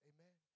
Amen